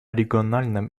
региональном